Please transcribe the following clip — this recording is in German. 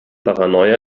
paranoia